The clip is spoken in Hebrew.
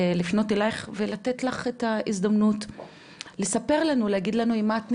לפנות אלייך ולתת לך את ההזדמנות לספר לנו ולהגיד לנו עם מה את נפגשת,